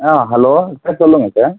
ஆ hello sir சொல்லுங்கள் sir